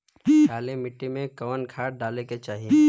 काली मिट्टी में कवन खाद डाले के चाही?